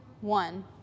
one